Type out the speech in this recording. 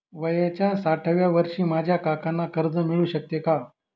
वयाच्या साठाव्या वर्षी माझ्या काकांना कर्ज मिळू शकतो का?